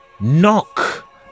Knock